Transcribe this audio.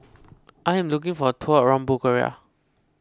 I am looking for a tour around Bulgaria